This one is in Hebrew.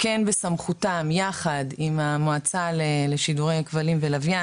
כן בסמכותם יחד עם המועצה לשידורי כבלים ולווין